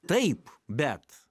taip bet